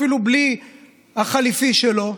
אפילו בלי החליפי שלו,